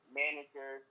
manager